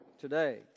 today